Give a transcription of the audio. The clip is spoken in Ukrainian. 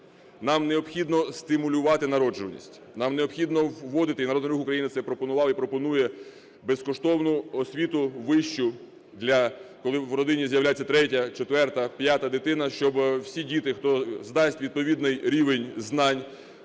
Нам необхідно стимулювати народжуваність. Нам необхідно вводити, і Народний Рух України це пропонував і пропонує, безкоштовну освіту вищу для… коли в родині з'являється третя, четверта, п'ята дитина. Щоб всі діти, хто здасть відповідний рівень знань,